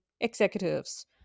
executives